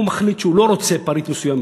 אם הוא מחליט שהוא לא רוצה פריט מסוים,